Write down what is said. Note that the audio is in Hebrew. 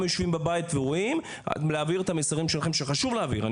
יושבים בבית ורואים ולהעביר את המסרים שלכם שחשוב להעביר.